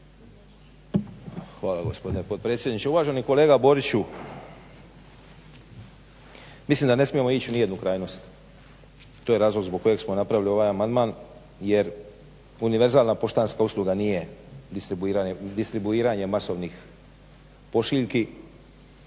Hvala gospodine potpredsjedniče. Uvaženi kolega Boriću, mislim da ne smijemo ići ni u jednu krajnost. To je razlog zbog kojeg smo napravili ovaj amandman jer univerzalna poštanska usluga nije distribuiranje masovnih pošiljki.